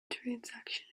transaction